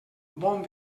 bon